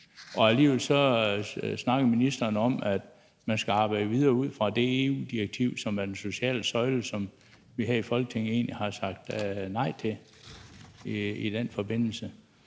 Alligevel snakker ministeren om, at man skal arbejde videre ud fra det EU-direktiv om den sociale søjle, og som vi her i Folketinget egentlig har sagt nej til i den forbindelse.